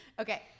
Okay